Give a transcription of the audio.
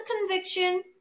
conviction